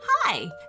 Hi